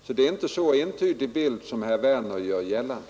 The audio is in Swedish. Bilden är alltså inte så entydig som herr Werner gör gällande.